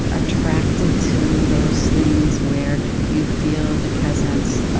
ah attracted to those things where you feel the presence,